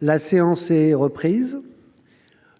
La séance est reprise.